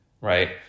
right